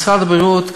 משרד הבריאות,